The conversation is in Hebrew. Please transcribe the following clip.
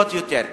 כן,